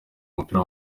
umupira